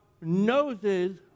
noses